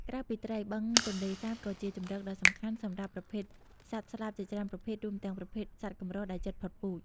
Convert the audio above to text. ក្រៅពីត្រី បឹងទន្លេសាបក៏ជាជម្រកដ៏សំខាន់សម្រាប់ប្រភេទសត្វស្លាបជាច្រើនប្រភេទ រួមទាំងប្រភេទសត្វកម្រដែលជិតផុតពូជ។